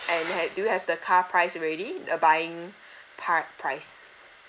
and have do you have the car price already uh buying price